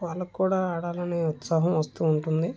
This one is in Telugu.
వాళ్ళకు కూడా ఆడాలనే ఉత్సాహం వస్తు ఉంటుంది